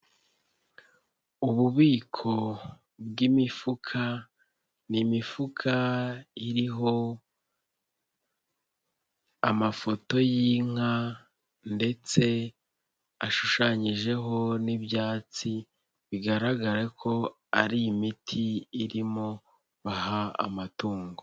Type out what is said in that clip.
Ububiko bw'imifuka ni imifuka iriho amafoto y'inka ndetse ashushanyijeho n'ibyatsi bigaragara ko ari imiti irimo baha amatungo.